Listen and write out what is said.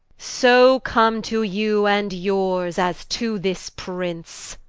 so come to you, and yours, as to this prince.